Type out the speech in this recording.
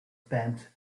bent